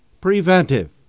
preventive